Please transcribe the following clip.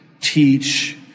teach